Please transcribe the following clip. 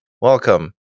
Welcome